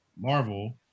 Marvel